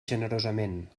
generosament